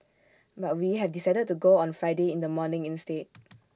but we have decided to go on Friday in the morning instead